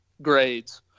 grades